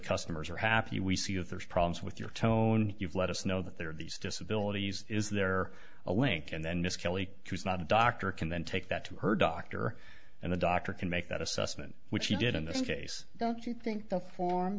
customers are happy we see that there's problems with your tone you've let us know that there are these disabilities is there a link and then miss kelly who is not a doctor can then take that to her doctor and the doctor can make that assessment which he did in this case don't you think the form